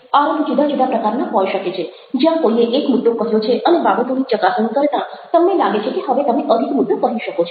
આરંભ જુદા જુદા પ્રકારના હોઈ શકે છે જ્યાં કોઈએ એક મુદ્દો કહ્યો છે અને બાબતોની ચકાસણી કરતાં તમને લાગે છે કે હવે તમે અધિક મુદ્દો કહી શકો છો